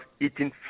eating